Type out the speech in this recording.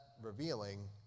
Revealing